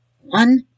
One